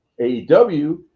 AEW